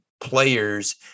players